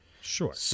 Sure